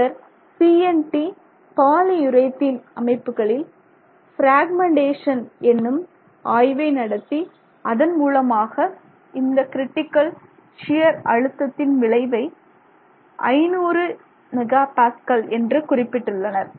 இன்னும் சிலர் CNT polyurethane அமைப்புகளில் பிராக்மெண்டேஷன் என்னும் ஆய்வை நடத்தி அதன் மூலமாக இந்த கிரிட்டிக்கல் ஷியர் அழுத்தத்தின் அளவை 500 MPa என்று குறிப்பிட்டுள்ளனர்